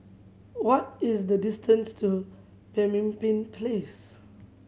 what is the distance to Pemimpin Place